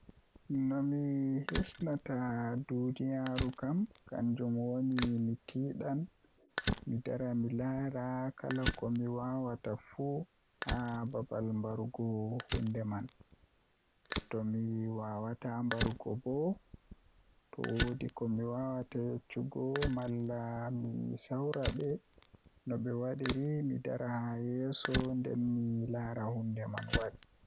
Nomi hisnata duniyaaru haa kunga to nasti duniyaaru kannjum Woni mi tiɗdan mi dara mi laara kala komi waawata fu haa babal Mbarugo huunde man, Tomi waawata mbarugo bo to woodi komi waawata yeccugo Malla mi sawra be noɓe waɗirta mi Dara haa yeso nden mi laara Huunde man waɗi.